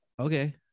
Okay